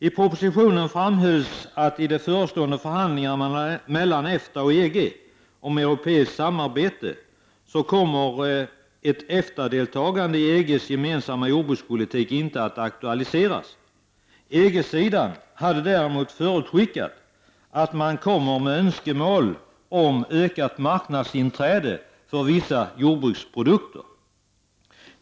I propositionen framhålls att i de förestående förhandlingarna mellan EFTA och EG om europeiskt samarbete, EES-förhandlingarna, kommer ett EFTA-deltagande i EGs gemensamma jordbrukspolitik inte att aktualiseras. EG-sidan hade däremot förutskickat att man kommer med önskemål om ökat marknadstillträde för vissa jordbruksprodukter.